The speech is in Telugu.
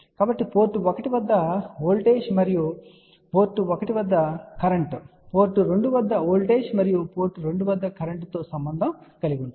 కాబట్టి పోర్ట్ 1 వద్ద వోల్టేజ్ మరియు పోర్ట్ 1 వద్ద కరెంట్ పోర్ట్ 2 వద్ద వోల్టేజ్ మరియు పోర్ట్ 2 వద్ద కరెంట్ తో సంబంధం కలిగి ఉంది